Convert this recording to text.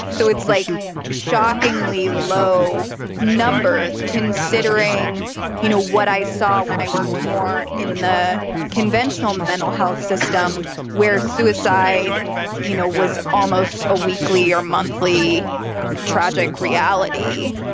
so it's like shockingly low numbers, considering you know what i saw when but i worked more in the conventional mental health system where suicide you know was almost a weekly or monthly tragic reality.